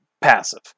passive